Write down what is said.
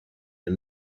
and